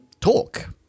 talk